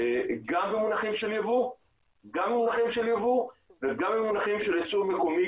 גם במונחים של יבוא וגם במונחים של ייצור מקומי,